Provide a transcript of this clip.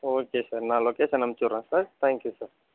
okay sir நான் location அமிசுற்றன் sir thank you sir